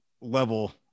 level